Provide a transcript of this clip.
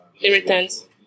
Irritants